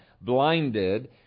blinded